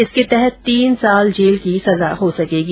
इसके तहत तीन साल जेल की सजा हो सकेगी